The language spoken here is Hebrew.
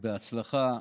בהצלחה.